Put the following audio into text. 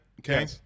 Okay